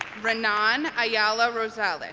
renan ayala rosales